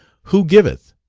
who giveth?